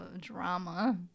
drama